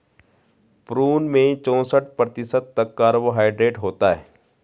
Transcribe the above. prune में चौसठ प्रतिशत तक कार्बोहायड्रेट होता है